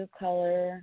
color